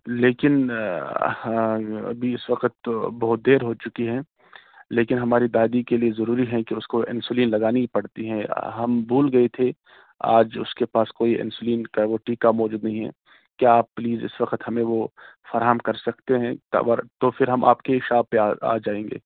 لیکن ہاں ابھی اس وقت بہت دیر ہو چکی ہے لیکن ہماری دادی کے لیے ضروری ہیں کہ اس کو انسولین لگانی ہی پڑتی ہے ہم بھول گئے تھے آج اس کے پاس کوئی انسولین کا وہ ٹیکہ موجود نہیں ہے کیا آپ پلیز اس وقت ہمیں وہ فراہم کر سکتے ہیں تو پھر ہم آپ کی ہی شاپ پہ آ جائیں گے